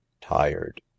tired